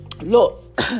look